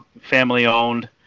family-owned